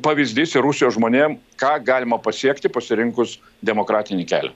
pavyzdys ir rusijos žmonėm ką galima pasiekti pasirinkus demokratinį kelią